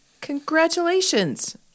congratulations